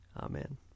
Amen